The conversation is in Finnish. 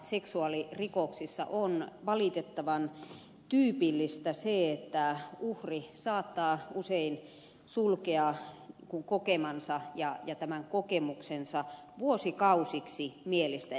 lapseen kohdistuvissa seksuaalirikoksissa on valitettavan tyypillistä se että uhri saattaa usein sulkea kokemansa ja tämän kokemuksensa vuosikausiksi mielestään